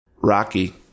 Rocky